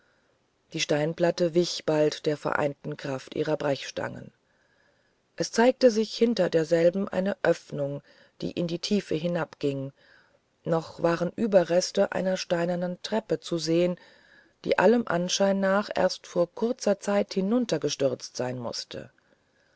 die steinplatte wich bald der vereinten kraft ihrer brechstangen es zeigte sich hinter derselben eine öffnung die in die tiefe hinabging noch waren überreste einer steinernen treppe zu sehen die allem anschein nach erst vor kurzer zeit hinuntergestürzt sein mußte